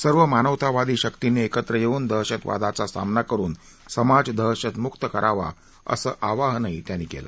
सर्व मानवतावादी शक्तींनी एकत्र होऊन दहशतवादाचा सामना करुन समाज दहशतमुक्त करावा असं आवाहनही त्यांनी केलं